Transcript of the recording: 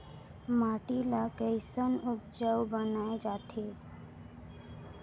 माटी ला कैसन उपजाऊ बनाय जाथे?